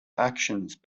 actions